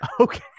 okay